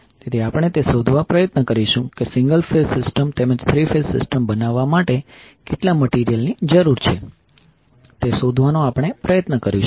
તેથી આપણે તે શોધવા પ્રયત્ન કરીશું કે સિંગલ ફેઝ સિસ્ટમ તેમજ થ્રી ફેઝ સિસ્ટમ બનાવવા માટે કેટલા મટીરીયલ ની જરૂરિયાત છે તેને શોધવાનો આપણે પ્રયત્ન કરીશું